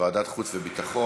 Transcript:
בוועדת החוץ והביטחון.